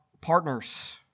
partners